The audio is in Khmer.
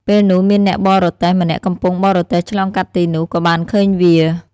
ពេលនោះមានអ្នកបរទេះម្នាក់កំពុងបរទេះឆ្លងកាត់ទីនោះ ក៏បានឃើញវា។